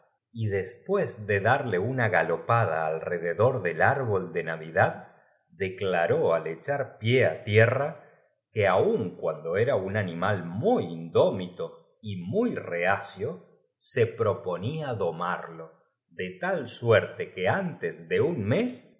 y después de darle una galopad a alrededor de níficamente vestidos con casacas borda arbol de navidad declaró al echar pie á das chupas y calzones de seda con la tierra que aun cuando era un animal muy espada al ci nto y el sombrero debajo tlel indómito y muy rehaclo se proponía do brazo las damas espléndidamente prenmarlq dé tal suerte que antes de un mes